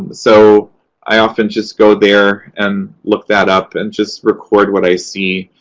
so i often just go there and look that up and just record what i see.